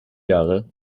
jahre